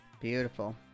Beautiful